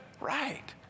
Right